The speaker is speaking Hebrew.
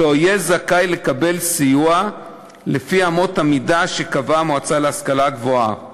לא יהיה זכאי לקבל סיוע לפי אמות המידה שקבעה המועצה להשכלה גבוהה,